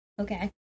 Okay